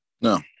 No